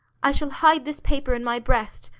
i shall hide this paper in my breast,